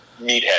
Meathead